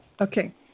Okay